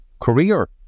career